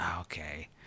okay